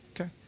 Okay